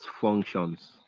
functions